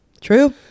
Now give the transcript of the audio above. True